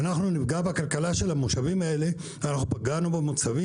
אם נפגע בכלכלה של המושבים האלה נפגע במוצבים